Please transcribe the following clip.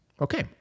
Okay